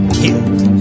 killed